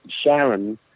Sharon